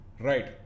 Right